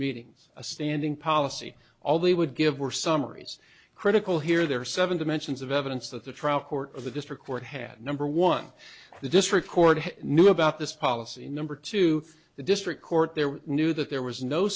meetings a standing policy all they would give were summaries critical here there are seven dimensions of evidence that the trial court of the district court had number one the district court knew about this policy number two the district court there we knew that there was no